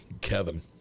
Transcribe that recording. Kevin